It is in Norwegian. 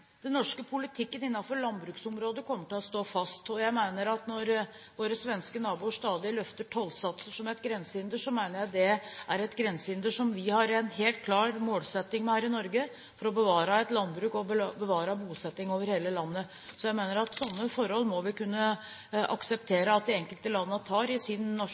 Den norske politikken innen landbruksområdet kommer til å stå fast. Når våre svenske naboer stadig løfter tollsatser som et grensehinder, mener jeg at det er et grensehinder som vi har en helt klar målsetting med her i Norge, nemlig å bevare et landbruk og bevare bosetting over hele landet. Så jeg mener vi må kunne akseptere at de enkelte landene tar slike forbehold i sin